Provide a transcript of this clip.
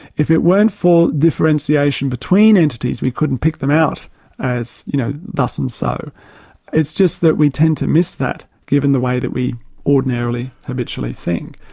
if it weren't for differentiation between entities, we couldn't pick them out as you know thus and so it's just that we tend to miss that, given the way that we ordinarily, habitually think.